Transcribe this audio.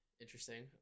interesting